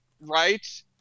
right